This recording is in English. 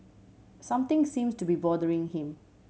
something seems to be bothering him